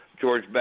George